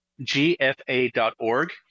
gfa.org